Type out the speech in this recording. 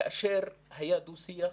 כאשר היה דו-שיח,